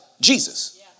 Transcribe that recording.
Jesus